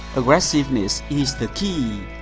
aggressiveness is the key.